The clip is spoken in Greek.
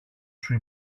σου